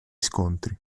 scontri